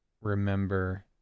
remember